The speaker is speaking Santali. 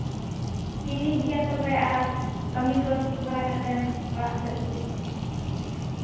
ᱴᱷᱤᱠ ᱜᱮᱭᱟ ᱛᱚᱵᱮ ᱟᱨ ᱠᱟᱹᱢᱤ ᱠᱚ ᱥᱟᱹᱛ ᱵᱟᱲᱟ ᱠᱟᱛᱮᱱ ᱚᱲᱟᱜ ᱥᱮᱱ ᱦᱤᱡᱩᱜ ᱢᱮ